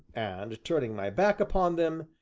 and turning my back upon them,